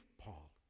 Paul